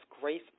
grace